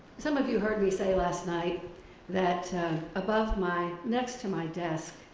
some of you heard me say last night that above my next to my desk,